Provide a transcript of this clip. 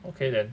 okay then